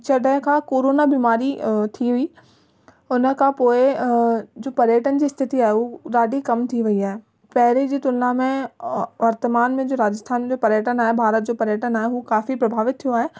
जॾहिं खां कोरोना बीमारी थी हुई हुनखां पोइ जो पर्यटन जी स्थिति आहे उहो ॾाढी कम थी वई आहे पहिरियों जी तुलना में वर्तमान में राजस्थान जो पर्यटन आहे भारत जो पर्यटन आहे उहो काफ़ी प्रभावित थियो आहे